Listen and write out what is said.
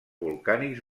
volcànics